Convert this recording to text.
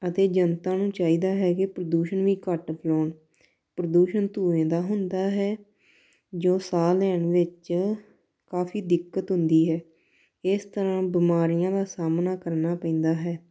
ਅਤੇ ਜਨਤਾ ਨੂੰ ਚਾਹੀਦਾ ਹੈ ਕਿ ਪ੍ਰਦੂਸ਼ਣ ਵੀ ਘੱਟ ਫੈਲਾਉਣ ਪ੍ਰਦੂਸ਼ਣ ਧੂੰਏਂਂ ਦਾ ਹੁੰਦਾ ਹੈ ਜੋ ਸਾਹ ਲੈਣ ਵਿੱਚ ਕਾਫੀ ਦਿੱਕਤ ਹੁੰਦੀ ਹੈ ਇਸ ਤਰ੍ਹਾਂ ਬਿਮਾਰੀਆਂ ਦਾ ਸਾਹਮਣਾ ਕਰਨਾ ਪੈਂਦਾ ਹੈ